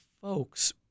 folks